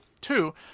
Two